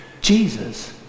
Jesus